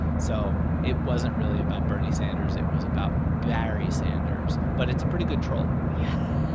so it wasn't really about bernie sanders. it was about barry sanders. but it's a pretty good troll yeah.